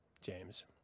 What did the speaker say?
James